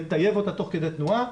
לטייב אותה תוך כדי תנועה.